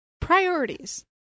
priorities